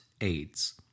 AIDS